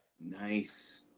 Nice